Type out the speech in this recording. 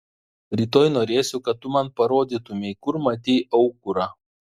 rytoj norėsiu kad tu man parodytumei kur matei aukurą